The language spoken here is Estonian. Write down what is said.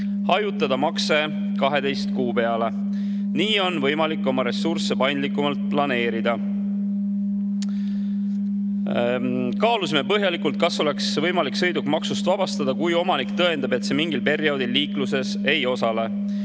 hajutada makse 12 kuu peale. Nii on võimalik oma ressursse paindlikumalt planeerida. Kaalusime põhjalikult, kas oleks võimalik sõiduk maksust vabastada, kui omanik tõendab, et see mingil perioodil liikluses ei osale.